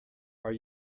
are